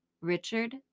Richard